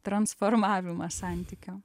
transformavimas santykio